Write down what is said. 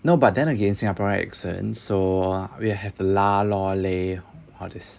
no but then again singaporean accent so we have lah lor leh all these